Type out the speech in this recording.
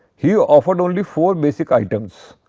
he offered only four basic items.